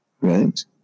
Right